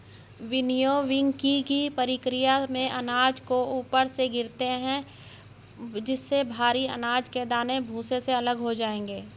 विनोविंगकी प्रकिया में अनाज को ऊपर से गिराते है जिससे भरी अनाज के दाने भूसे से अलग हो जाए